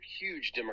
huge